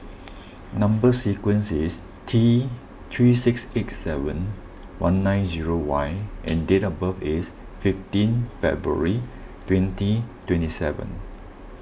Number Sequence is T three six eight seven one nine zero Y and date of birth is fifteen February twenty twenty seven